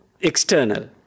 external